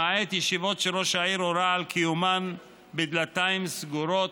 למעט ישיבות שראש העיר הורה על קיומן בדלתיים סגורות